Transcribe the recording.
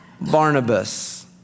Barnabas